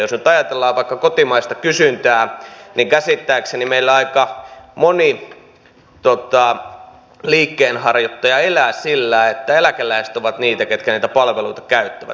jos nyt ajatellaan vaikka kotimaista kysyntää niin käsittääkseni meillä aika moni liikkeenharjoittaja elää sillä että eläkeläiset ovat niitä ketkä niitä palveluita käyttävät